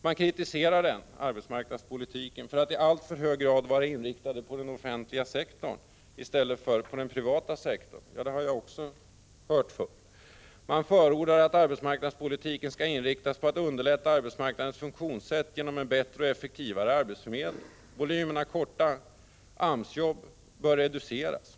Man kritiserar arbetsmarknadspolitiken för att i alltför hög grad vara inriktad på den offentliga sektorn i stället för på den privata sektorn. Ja, det har jag också Prot. 1985/86:107 hört förr. 3 april 1986 Man förordar att arbetsmarknadspolitiken skall inriktas på att underlätta arbetsmarknadens funktionssätt genom en bättre och effektivare arbetsförmedling. Volymen av kortvariga AMS-jobb bör reduceras.